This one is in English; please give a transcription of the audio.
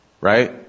Right